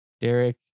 Derek